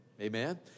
Amen